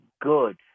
good